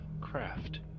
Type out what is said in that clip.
Craft